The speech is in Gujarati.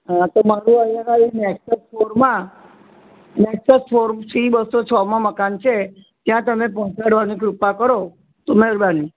તો મને અહીં અગાડી નેક્સોસ ફોરમાં નેક્સોસ ફોર સી બસો છ માં મકાન છે ત્યાં તમે પહોંચાડવાની કૃપા કરો તો મેહરબાની